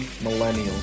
millennial